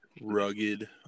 rugged